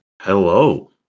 Hello